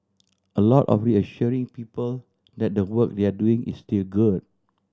a lot of reassuring people that the work they're doing is still good